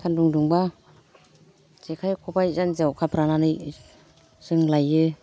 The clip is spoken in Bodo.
सान्दुं दुंबा जेखाइ खबाइ जान्जियाव खाफ्रानानै जों लाइयो